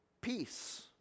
peace